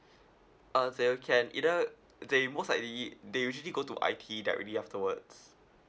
uh they'll can either they most likely they usually go to I_T directly afterwards